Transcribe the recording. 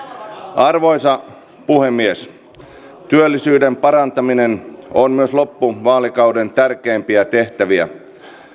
arvoisa puhemies työllisyyden parantaminen on myös loppuvaalikauden tärkeimpiä tehtäviä